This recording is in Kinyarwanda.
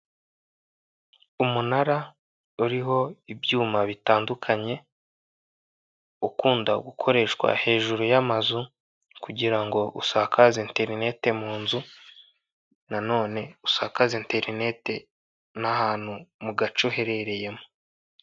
Umunara uriho ibyuma bitandukanye ukunda gukoreshwa hejuru y'amazu kugira ngo usakaze interineti mu nzu nanone usakaze interineti n'ahantu mugace uherereyemo.